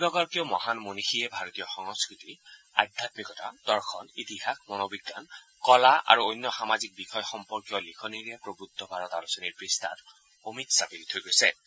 কেইগৰাকীও মহান মনিয়ীয়ে ভাৰতীয় সংস্থতি আধ্যামিকতা দৰ্শন ইতিহাস মনোবিজ্ঞান কলা আৰু অন্য সামাজিক বিষয় সম্পৰ্কীয় লিখনিৰে প্ৰবৃদ্ধ ভাৰত আলোচনীৰ পষ্ঠাত অমিত ছাপ এৰি থৈ গৈছে